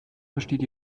besteht